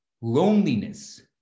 loneliness